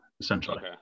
essentially